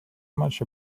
much